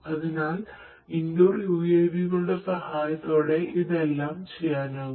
അതിനാൽ ഇൻഡോർ യുഎവികളുടെ സഹായത്തോടെ ഇതെല്ലാം ചെയ്യാനാകും